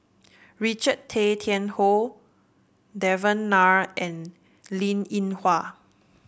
Richard Tay Tian Hoe Devan Nair and Linn In Hua